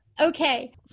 Okay